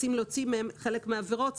רוצים להוציא מהם חלק מהעבירות.